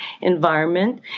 environment